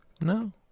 No